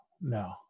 no